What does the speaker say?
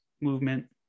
movement